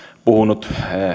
puhunut